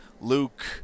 Luke